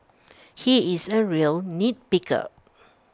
he is A real nitpicker